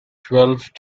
twelve